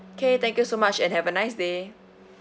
okay thank you so much and have a nice day